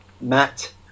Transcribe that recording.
Matt